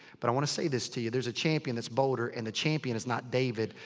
but i wanna say this to you. there's a champion that's bolder. and the champion is not david.